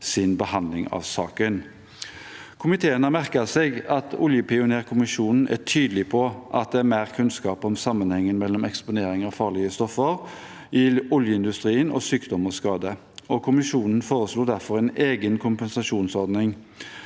behandling av saken. Komiteen har merket seg at oljepionerkommisjonen er tydelig på at det i dag er mer kunnskap om sammenhengen mellom eksponeringen av farlige stoffer i oljeindustrien og sykdom og skade. Kommisjonen foreslo derfor en egen kompensasjonsordning.